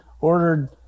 ordered